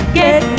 get